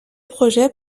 projets